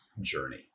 journey